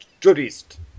tourist